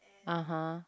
(uh huh)